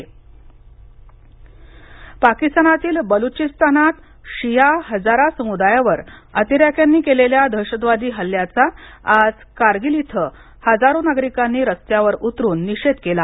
कारगिल पाकिस्तानातील बलुचिस्तानात शिया हजारा समुदायावर अतिरेक्यांनी केलेल्या दहशदवादी हल्ल्याचा आज कारगिल इथं हजारो नागरिकांनी रस्त्यावर उतरून निषेध केला